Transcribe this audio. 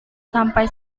sampai